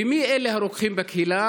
ומי אלה הרוקחים בקהילה?